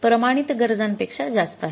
प्रमाणित गरजांपेक्षा जास्त आहे